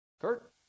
Kurt